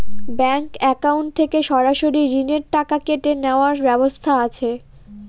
Bank account থেকে সরাসরি ঋণের টাকা কেটে নেওয়ার ব্যবস্থা আছে?